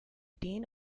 dean